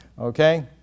okay